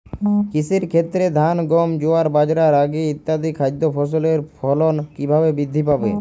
কৃষির ক্ষেত্রে ধান গম জোয়ার বাজরা রাগি ইত্যাদি খাদ্য ফসলের ফলন কীভাবে বৃদ্ধি পাবে?